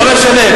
לא משנה,